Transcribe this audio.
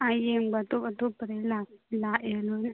ꯑꯥ ꯌꯦꯡꯕ ꯑꯇꯣꯞ ꯑꯇꯣꯞꯄꯗꯩ ꯂꯥꯛꯑꯦ ꯂꯣꯏꯅ